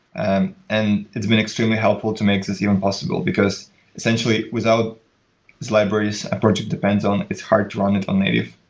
and and it's been extremely helpful to make this even possible, because essentially without these libraries a project depends on, it's hard to run it on native.